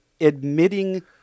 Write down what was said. admitting